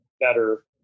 better